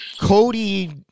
Cody